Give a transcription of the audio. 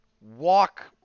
walk